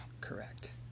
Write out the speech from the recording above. correct